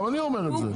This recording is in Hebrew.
גם אני אומר את זה.